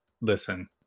listen